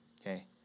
okay